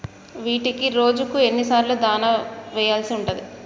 వీటికి రోజుకు ఎన్ని సార్లు దాణా వెయ్యాల్సి ఉంటది?